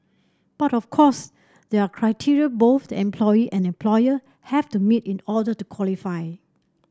but of course there are criteria both the employee and employer have to meet in order to qualify